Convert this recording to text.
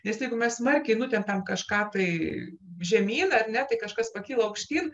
nes jeigu mes smarkiai nutempiam kažką tai žemyn ar ne tai kažkas pakyla aukštyn